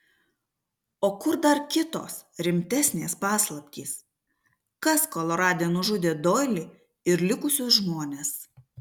o kur dar kitos rimtesnės paslaptys kas kolorade nužudė doilį ir likusius žmones